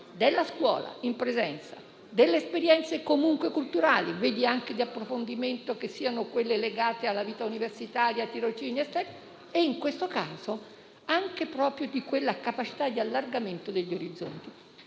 della scuola in presenza, delle esperienze comunque culturali, anche di approfondimento, quelle legate alla vita universitaria e ai tirocini, e in questo caso anche di quella capacità di allargamento degli orizzonti.